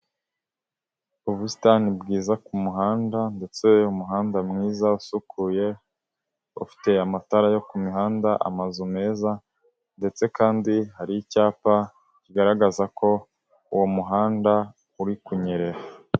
Ubusitani bwiza ku muhanda ndetse umuhanda mwiza usukuye, ufite amatara yo ku mihanda, amazu meza ndetse kandi hari icyapa kigaragaza ko uwo muhanda uri kunyerera.